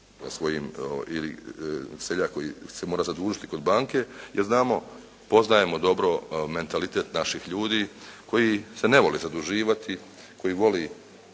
svojim ili seljak koji se mora zadužiti kod banke jer znamo, poznajemo dobro mentalitet naših ljudi koji se ne vole zaduživati, koji voli